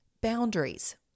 boundaries